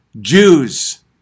Jews